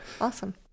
Awesome